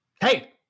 Hey